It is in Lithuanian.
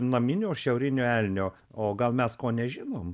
naminio šiaurinio elnio o gal mes ko nežinom